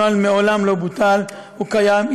הנוהל מעולם לא בוטל, הוא קיים.